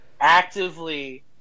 actively